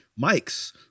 mics